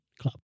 Club